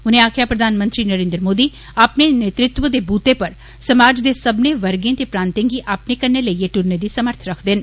उनें आक्खेआ प्रधानमंत्री नरेन्द्र मोदी अपने नेतृत्व दे बूते पर समाज दे सब्बने वर्गें ते प्रान्तें गी अपने कन्नै लेइयै टुरने दी समर्थ रखदे न